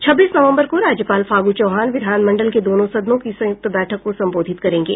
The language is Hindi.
छब्बीस नवम्बर को राज्यपाल फागू चौहान विधानमंडल के दोनों सदनों की संयुक्त बैठक को संबोधित करेंगे